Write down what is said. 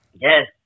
Yes